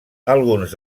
alguns